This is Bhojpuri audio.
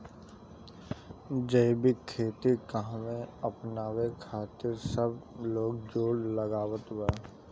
जैविक खेती काहे अपनावे खातिर सब लोग जोड़ लगावत बा?